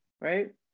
right